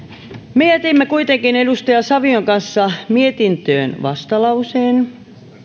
me jätimme kuitenkin edustaja savion kanssa mietintöön vastalauseen